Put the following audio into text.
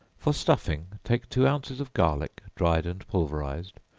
for stuffing, take two ounces of garlic, dried and pulverized,